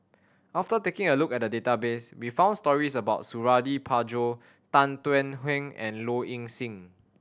after taking a look at the database we found stories about Suradi Parjo Tan Thuan Heng and Low Ing Sing